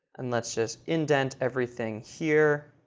and let's just indent everything here